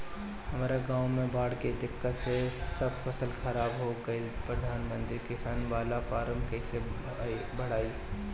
हमरा गांव मे बॉढ़ के दिक्कत से सब फसल खराब हो गईल प्रधानमंत्री किसान बाला फर्म कैसे भड़ाई?